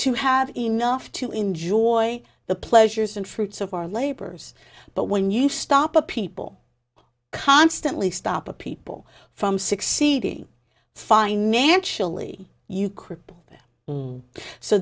to have enough to enjoy the pleasures and fruits of our labors but when you stop a people constantly stop a people from succeeding financially